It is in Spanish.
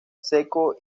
seco